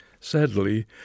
Sadly